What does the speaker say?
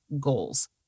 goals